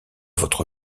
votre